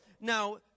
Now